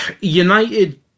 United